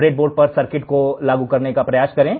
breadboard पर circuit को लागू करने का प्रयास करें